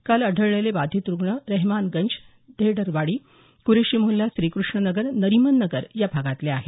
काल आढळलेले बाधित रुग्ण रहेमानगंज देहेडकरवाडी कुरेशी मोहल्ला श्रीकृष्णनगर नरिमन नगर या भागातले आहेत